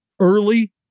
early